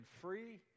free